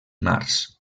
març